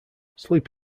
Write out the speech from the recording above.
sleep